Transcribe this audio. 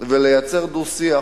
ולייצר דו-שיח,